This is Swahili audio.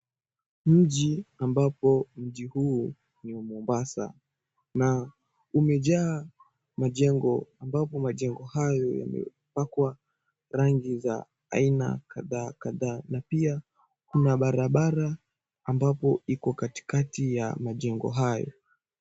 Mji ambapo mji huu ni wa Mombasa na umejaa majengo ambapo majengo hayo yamepakwa rangi za aina kadhaa kadhaa na pia kuna barabara ambapo iko katikati ya majengo hayo.